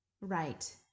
Right